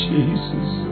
Jesus